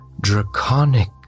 draconic